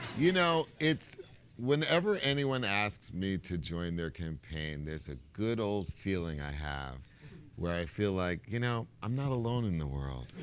you know, whenever anyone asks me to join their campaign, there's a good old feeling i have where i feel like, you know, i'm not alone in the world.